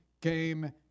came